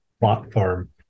platform